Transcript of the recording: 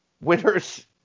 winners